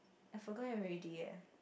I forgot already eh